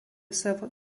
savo